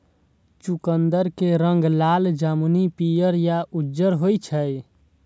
चुकंदर के रंग लाल, जामुनी, पीयर या उज्जर होइ छै